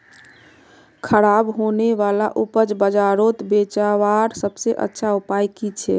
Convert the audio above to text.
ख़राब होने वाला उपज बजारोत बेचावार सबसे अच्छा उपाय कि छे?